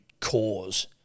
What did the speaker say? cause